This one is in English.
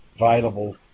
available